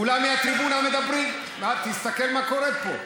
כולם מהטריבונה מדברים, תסתכל מה קורה פה.